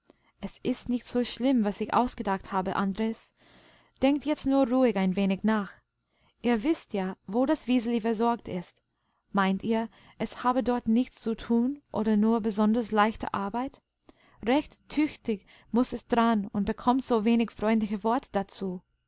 es ist nicht so schlimm was ich ausgedacht habe andres denkt jetzt nur ruhig ein wenig nach ihr wißt ja wo das wiseli versorgt ist meint ihr es habe dort nichts zu tun oder nur besonders leichte arbeit recht tüchtig muß es dran und bekommt so wenig freundliche worte dazu